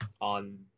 on